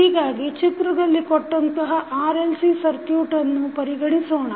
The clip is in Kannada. ಹೀಗಾಗಿ ಚಿತ್ರದಲ್ಲಿ ಕೊಟ್ಟಂತಹ RLC ಸರ್ಕುಟನ್ನು ಪರಿಗಣಿಸೋಣ